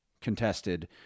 contested